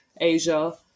Asia